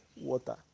water